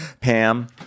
Pam